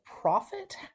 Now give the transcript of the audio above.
profit